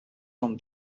from